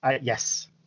Yes